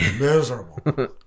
miserable